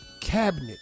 cabinet